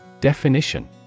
Definition